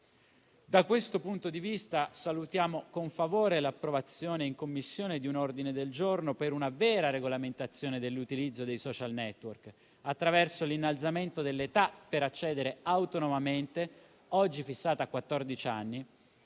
Da questo punto di vista, salutiamo con favore l'approvazione in Commissione di un ordine del giorno per una vera regolamentazione dell'utilizzo dei *social network*, attraverso l'innalzamento dell'età per accedere autonomamente, oggi fissata a